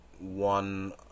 one